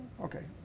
Okay